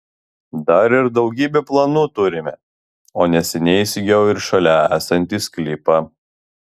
dar ir daugybę planų turime o neseniai įsigijau ir šalia esantį sklypą